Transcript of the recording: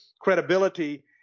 credibility